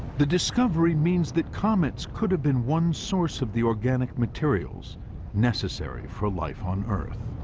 the discovery means that comets could've been one source of the organic materials necessary for life on earth.